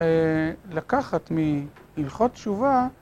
‫לקחת מהלכות תשובה.